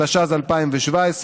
התשע"ז 2017,